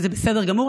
וזה בסדר גמור,